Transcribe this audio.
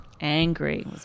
Angry